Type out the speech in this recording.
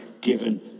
given